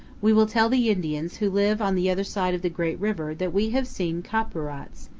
we will tell the indians who live on the other side of the great river that we have seen ka'purats,